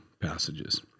passages